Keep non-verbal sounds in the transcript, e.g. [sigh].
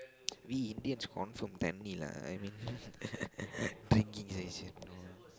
we Indians confirm lah I mean [laughs] drinking